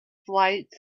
flight